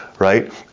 right